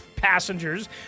passengers